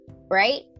Right